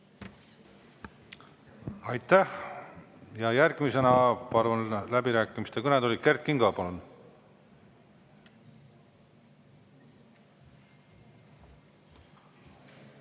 Aitäh! Järgmisena palun läbirääkimisteks kõnetooli Kert Kingo, palun!